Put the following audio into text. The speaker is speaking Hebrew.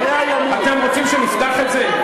אתם רוצים שנפתח את זה?